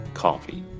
coffee，